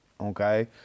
okay